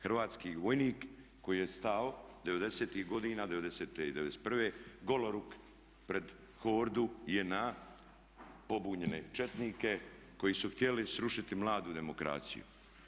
Hrvatski vojnik koji je stao '90-ih godina, '90. i '91. goloruk pred hordu JNA, pobunjene četnike koji su htjeli srušiti mladu demokraciju.